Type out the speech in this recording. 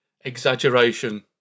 exaggeration